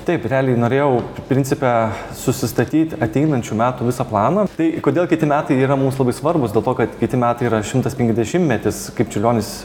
taip realiai norėjau principe susistatyt ateinančių metų visą planą tai kodėl kiti metai yra mums labai svarbūs dėl to kad kiti metai yra šimtas penkiasdešimtmetis kaip čiurlionis